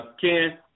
Ken